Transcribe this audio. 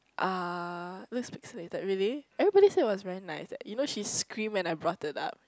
uh looks pixelated really everybody said it was very nice eh you know she scream when I brought it up